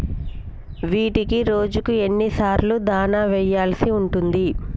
వీటికి రోజుకు ఎన్ని సార్లు దాణా వెయ్యాల్సి ఉంటది?